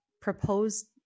proposed